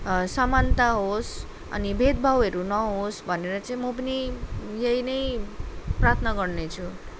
समानता होस् अनि भेदभावहरू नहोस् भनेर चाहिँ म पनि यही नै प्रार्थना गर्ने छु